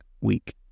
week